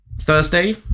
Thursday